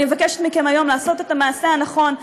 אני מבקשת מכם היום לעשות את המעשה הנכון,